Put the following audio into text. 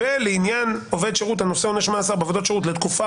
לעניין עובד שירות הנושא עונש מאסר בעבודות שירות לתקופה